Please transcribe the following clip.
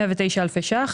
109,000 ₪.